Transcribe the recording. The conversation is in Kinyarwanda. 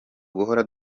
guhora